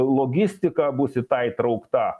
logistika bus į tai įtraukta